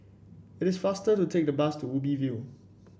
it is faster to take the bus to Ubi View